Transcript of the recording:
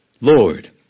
Lord